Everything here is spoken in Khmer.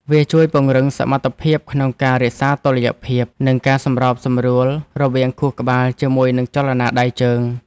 វាជួយពង្រឹងសមត្ថភាពក្នុងការរក្សាតុល្យភាព និងការសម្របសម្រួលរវាងខួរក្បាលជាមួយនឹងចលនាដៃជើង។